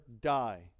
die